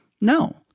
No